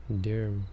Dear